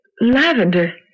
lavender